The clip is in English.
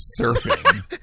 surfing